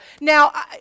Now